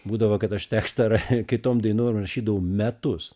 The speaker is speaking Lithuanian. būdavo kad aš tekstą ra kitom dainom rašydavau metus